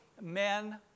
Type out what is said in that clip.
men